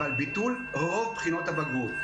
אבל ביטול רוב בחינות הבגרות.